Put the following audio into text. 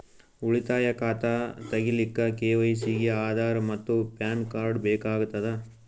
ಉಳಿತಾಯ ಖಾತಾ ತಗಿಲಿಕ್ಕ ಕೆ.ವೈ.ಸಿ ಗೆ ಆಧಾರ್ ಮತ್ತು ಪ್ಯಾನ್ ಕಾರ್ಡ್ ಬೇಕಾಗತದ